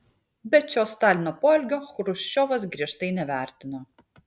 bet šio stalino poelgio chruščiovas griežtai nevertino